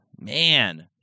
Man